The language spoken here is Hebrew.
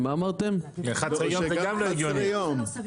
גם 11 יום זה לא סביר,